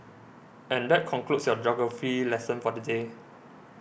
and that concludes your geography lesson for the day